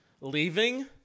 leaving